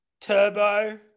Turbo